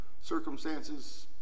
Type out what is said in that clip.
circumstances